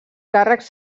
càrrecs